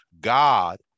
God